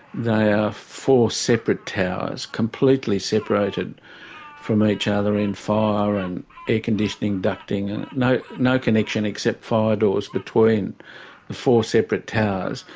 they ah four separate towers, completely separated from each other in fire and air conditioning ducting, and no no connection except fire doors between the four separate towers.